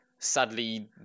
Sadly